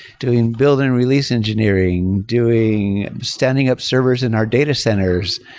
doing build and release engineering, doing standing up servers in our data centers,